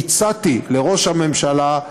הצעתי לראש הממשלה,